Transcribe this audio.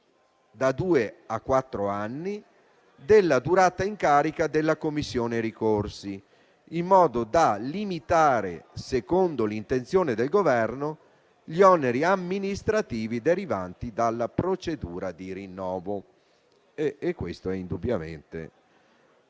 da due a quattro anni della durata in carica della Commissione ricorsi, in modo da limitare, secondo l'intenzione del Governo, gli oneri amministrativi derivanti dalla procedura di rinnovo (questo è indubbiamente